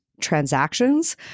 transactions